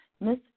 Miss